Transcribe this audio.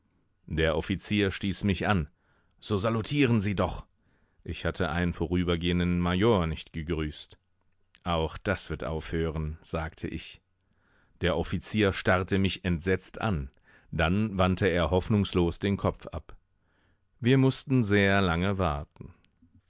der offizier stieß mich an so salutieren sie doch ich hatte einen vorübergehenden major nicht gegrüßt auch das wird aufhören sagte ich der offizier starrte mich entsetzt an dann wandte er hoffnungslos den kopf ab wir mußten sehr lange warten